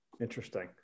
Interesting